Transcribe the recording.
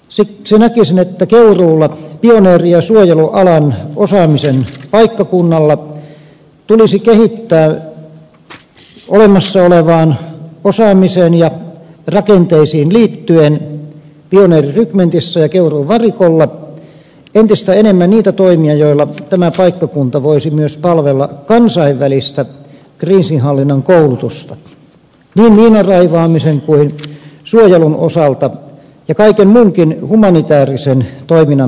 siksi näkisin että keuruulla pioneeri ja suojelualan osaamisen paikkakunnalla tulisi kehittää olemassa olevaan osaamiseen ja rakenteisiin liittyen pioneerirykmentissä ja keuruun varikolla entistä enemmän niitä toimia joilla tämä paikkakunta voisi myös palvella kansainvälistä kriisinhallinnan koulutusta niin miinanraivaamisen kuin suojelun osalta ja kaiken muunkin humanitäärisen toiminnan osalta